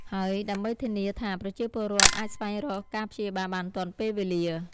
ហើយដើម្បីធានាថាប្រជាពលរដ្ឋអាចស្វែងរកការព្យាបាលបានទាន់ពេលវេលា។